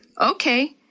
Okay